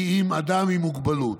כי אם אדם עם מוגבלות.